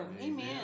amen